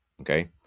Okay